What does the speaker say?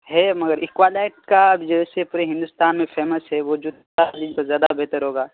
ہے مگر اکوالائٹ کا جیسے پورے ہندوستان میں فیمس ہے وہ جوتا لیں تو زیادہ بہتر ہوگا